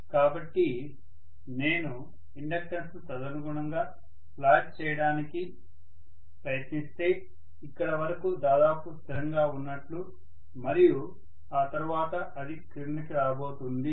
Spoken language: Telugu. కాబట్టి నేను ఇండక్టెన్స్ను తదనుగుణంగా ప్లాట్ చేయడానికి ప్రయత్నిస్తే ఇక్కడ వరకు దాదాపు స్థిరంగా ఉన్నట్లు మరియు ఆ తర్వాత అది క్రిందికి రాబోతుంది